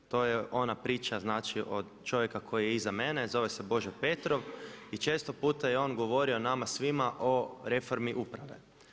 To je ona priča znači od čovjeka koji je iza mene a zove se Božo Petrov i često puta je on govorio nama svima o reformi uprave.